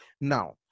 Now